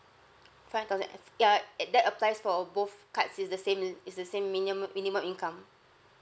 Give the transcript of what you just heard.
five thousand ef~ ya and that applies for both cards it's the same li~ it's the same minium~ minimum income